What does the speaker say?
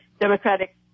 Democratic